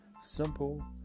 simple